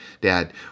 Dad